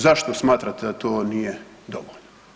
Zašto smatrate da to nije dovoljno?